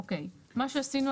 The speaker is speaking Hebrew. מה שעשינו,